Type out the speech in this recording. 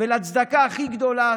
ולצדקה הכי גדולה